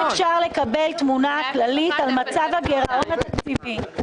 האם אפשר לקבל תמונה כללית על מצב הגירעון התקציבי?